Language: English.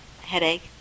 headache